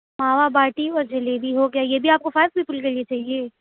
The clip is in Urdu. اور جلیبی ہو گیا یہ بھی آپ کو فائیو پیپل کے لیے چاہیے